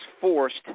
forced